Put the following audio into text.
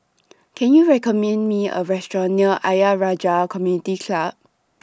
Can YOU recommend Me A Restaurant near Ayer Rajah Community Club